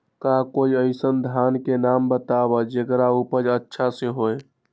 का कोई अइसन धान के नाम बताएब जेकर उपज अच्छा से होय?